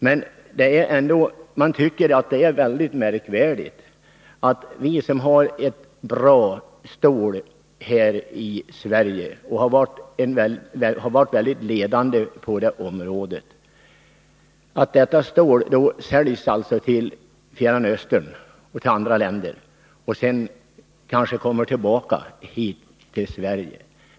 Men jag tycker att det är mycket märkvärdigt att vi, som har bra stål här i Sverige och har varit ledande på det området, säljer detta stål till länderna i Fjärran Östern och till andra länder för att sedan kanske låta detta stål komma tillbaka till Sverige.